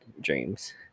dreams